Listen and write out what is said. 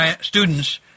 students